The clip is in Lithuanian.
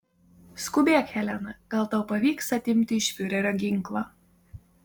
skubėk helena gal tau pavyks atimti iš fiurerio ginklą